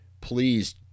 please